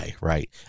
right